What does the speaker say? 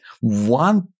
one